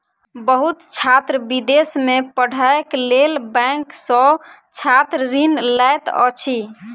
बहुत छात्र विदेश में पढ़ैक लेल बैंक सॅ छात्र ऋण लैत अछि